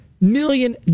million